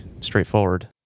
straightforward